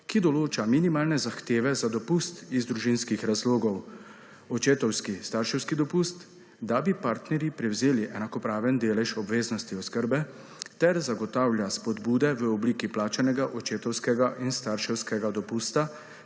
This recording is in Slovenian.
ki določa minimalne zahteve za dopust iz družinskih razlogov, očetovski, starševski dopust, da bi partnerji prevzeli enakopraven delež obveznosti oskrbe ter zagotavlja spodbude v obliki plačanega očetovskega in starševskega dopusta,